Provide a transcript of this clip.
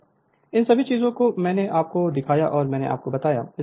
Refer Slide Time 2155 इन सभी चीजों को मैंने आपको दिखाया और मैंने आपको बताया